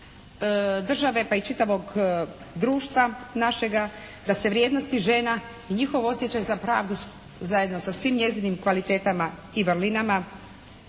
države pa i čitavog društva našega da se vrijednosti žena pa i njihov osjećaj za pravdu zajedno sa svim njezinim kvalitetama i vrlinama